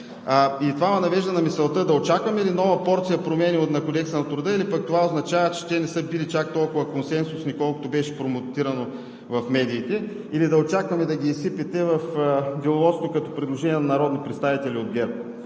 Това ме навежда на мисълта: да очакваме ли нова порция промени на Кодекса на труда; или пък това означава, че те не са били чак толкова консенсусни, колкото беше промотирано в медиите; или да очакваме да ги изсипете в Деловодството като предложения на народни представители от ГЕРБ?